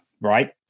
right